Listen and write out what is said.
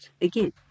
again